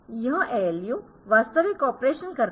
यह ALU वास्तविक operation करता है